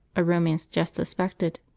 a romance just suspected,